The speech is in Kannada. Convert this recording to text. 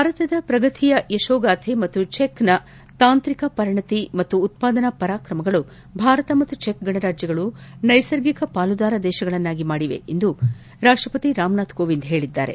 ಭಾರತದ ಪ್ರಗತಿಯ ಕಥೆ ಹಾಗೂ ಚೆಕ್ನ ತಾಂತ್ರಿಕ ಪರಿಣತಿ ಮತ್ತು ಉತ್ಪಾದನಾ ಪರಾಕ್ರಮಗಳು ಭಾರತ ಮತ್ತು ಚೆಕ್ ಗಣರಾಜ್ಯಗಳು ನೈಸರ್ಗಿಕ ಪಾಲುದಾರ ದೇಶಗಳನ್ನಾಗಿ ಮಾಡಿದೆ ಎಂದು ರಾಷ್ಲಪತಿ ರಾಮನಾಥ್ ಕೋವಿಂದ್ ಹೇಳಿದ್ದಾರೆ